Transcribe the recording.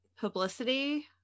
publicity